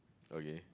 okay